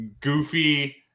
Goofy